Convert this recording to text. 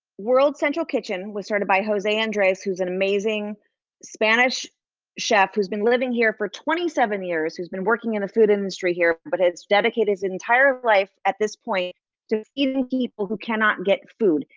world central kitchen was started by jose andres, who's an amazing spanish chef who's been living here for twenty seven years. who's been working in the food industry here, but has dedicated his entire life at this point to feeding people who cannot get food.